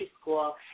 school